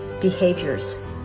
behaviors